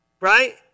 Right